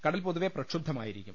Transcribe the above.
കടൽ പൊതുവെ പ്രക്ഷുബ്ധ മായിരിക്കും